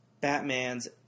Batman's